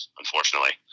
unfortunately